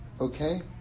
Okay